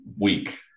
week